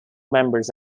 members